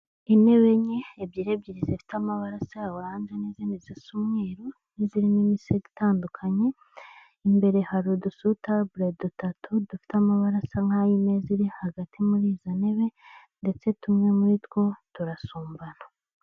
Intebe enye, ebyiri ebyiri zifite amabara asa ya oranje n'izindi zisa umweru, n'izirimo imisego itandukanye, imbere hari udusutabure dutatu dufite amabara asa nk'ay'imeza iri hagati muri izo ntebe, ndetse tumwe muri two turasumbana.